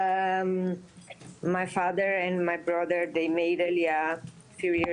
(מדברת באנגלית, להלן תרגום חופשי)